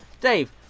Dave